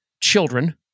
children